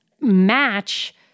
match